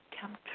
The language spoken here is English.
come